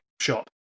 shop